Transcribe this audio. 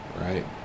Right